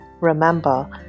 Remember